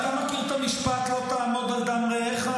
אתה מכיר את המשפט "לא תעמֹד על דם רעך"?